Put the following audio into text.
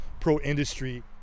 pro-industry